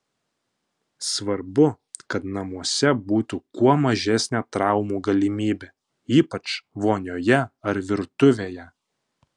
svarbu kad namuose būtų kuo mažesnė traumų galimybė ypač vonioje ar virtuvėje